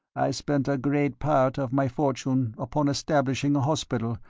i spent a great part of my fortune upon establishing a hospital,